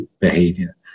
behavior